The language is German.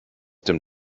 dem